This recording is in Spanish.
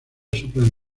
soprano